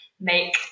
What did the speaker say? make